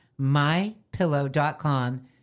MyPillow.com